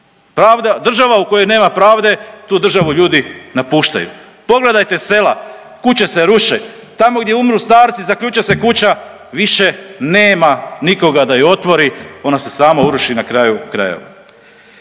država u kojoj nema pravde tu državu ljudi napuštaju. Pogledajte sela, kuće se ruše, tamo gdje umru starci zaključa se kuća više nema nikoga da ju otvori ona se sama uruši na kraju krajeva.